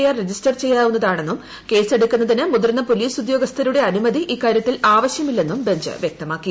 R register ചെയ്യാവുന്നതാണെന്നും കേസെടുക്കുന്നതിന് മുതിർന്ന പോലീസ് ഉദ്യോഗസ്ഥരുടെ അനുമതി ഇക്കാര്യത്തിൽ ആവശ്യമില്ലെന്നും ബെഞ്ച് വ്യക്തമാക്കി